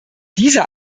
dieser